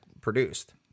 produced